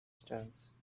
stones